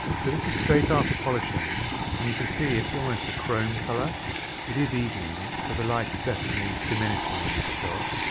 so this is straight after polishing and you can see it's almost a chrome color it is evening so the light is definitely diminishing in this shot